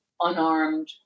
unarmed